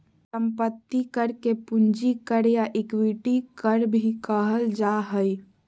संपत्ति कर के पूंजी कर या इक्विटी कर भी कहल जा हइ